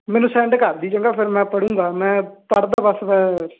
ਮੈਨੂੰ ਸੈਂਡ ਕਰਦੀ ਚੰਗਾ ਫਿਰ ਮੈਂ ਪੜੂੰਗਾ ਮੈਂ ਪੜ੍ਹਦਾ ਬੱਸ ਫਿਰ